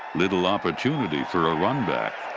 little opportunity for a runback.